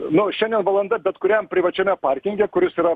nu šiandien valanda bet kuriam privačiame parke kuris yra